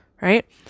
right